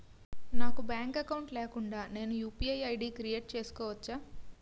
నాకు bank account లేకుండా నేను యు.పి.ఐ ఐ.డి క్రియేట్ చేసుకోవచ్చా?